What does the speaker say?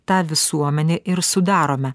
tą visuomenę ir sudarome